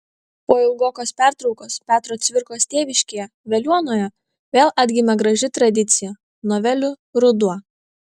po ilgokos pertraukos petro cvirkos tėviškėje veliuonoje vėl atgimė graži tradicija novelių ruduo